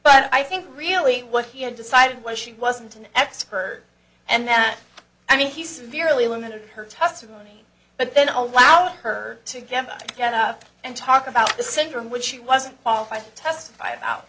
but i think really what he had decided was she wasn't an expert and that i mean he's severely limited her testimony but then allowed her to get together and talk about the syndrome which she wasn't qualified to testify about